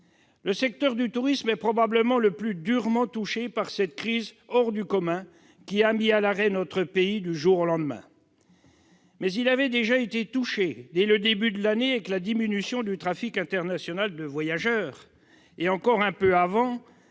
Le secteur du tourisme est probablement le plus durement touché par cette crise hors du commun qui a mis à l'arrêt notre pays du jour au lendemain. Il avait toutefois déjà été touché, dès le début de l'année, par la diminution du trafic international de voyageurs et, encore un peu avant,